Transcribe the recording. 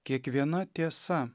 kiekviena tiesa